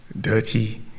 dirty